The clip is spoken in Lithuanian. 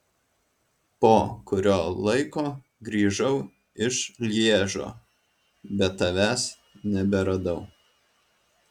po kurio laiko grįžau iš lježo bet tavęs neberadau